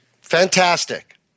Fantastic